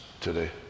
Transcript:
today